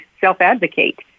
self-advocate